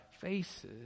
faces